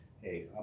hey